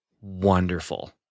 wonderful